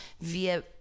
via